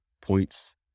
points